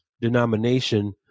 Denomination